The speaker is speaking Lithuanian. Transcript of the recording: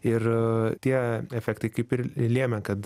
ir a tie efektai kaip ir lėmė kad